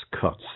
cuts